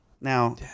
Now